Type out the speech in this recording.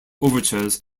overtures